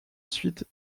suite